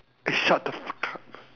eh shut the fuck up